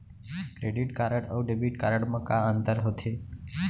Credit card अऊ debit card मा का अंतर होथे?